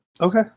Okay